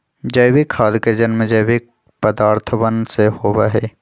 जैविक खाद के जन्म जैविक पदार्थवन से होबा हई